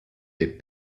des